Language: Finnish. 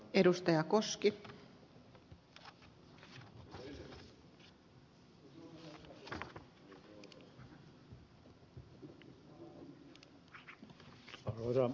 arvoisa rouva puhemies